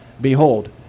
Behold